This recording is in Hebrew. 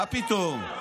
מה פתאום.